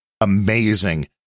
amazing